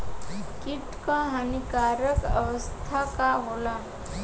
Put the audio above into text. कीट क हानिकारक अवस्था का होला?